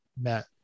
met